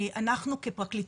אנחנו כפרקליטות,